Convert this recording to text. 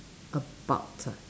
about ah